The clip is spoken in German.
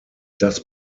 das